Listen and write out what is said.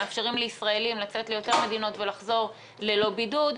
מאפשרים לישראלים לצאת ליותר מדינות ולחזור ללא בידוד,